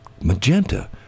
magenta